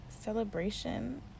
celebration